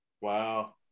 wow